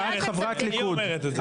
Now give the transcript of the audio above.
היא אומרת את זה.